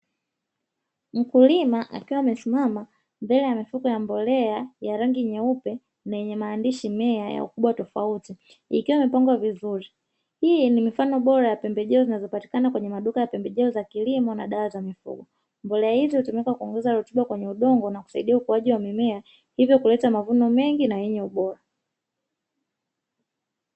Mkulima akiwa amesimama mbele ya mifuko ya mbolea ya rangi nyeupe yenye maandishi "Mea" ya ukubwa tofauti, ikiwa imepangwa vizuri. Hii ni mifano bora ya pembejeo zinazopatikana kwenye maduka ya pembejeo za kilimo na dawa za mifugo. Mbolea hizo hutumika kuongeza rutuba na kuongeza ukuaji wa mimea, hivyo kuleta mavuno mengi na yenye ubora.